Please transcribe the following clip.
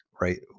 right